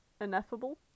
ineffable